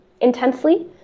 intensely